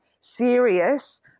serious